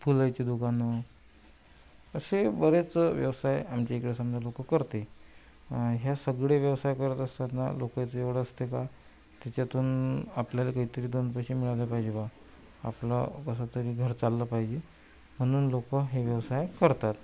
फुलाचे दुकानं असे बरेच व्यवसाय आमच्या इकडे समजा लोक करते ह्या सगळे व्यवसाय करत असताना लोक जेवढं असते का त्याच्यातून आपल्याला काहीतरी दोन पैसे मिळाले पाहिजे बा आपला कसंतरी घर चाललं पाहिजे म्हणून लोकं हे व्यवसाय करतात